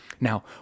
now